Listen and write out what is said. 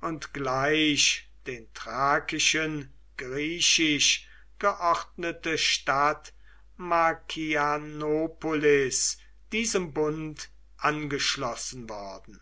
und gleich den thrakischen griechisch geordnete stadt markianopolis diesem bund angeschlossen worden